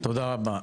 תודה רבה.